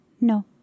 No